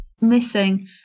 missing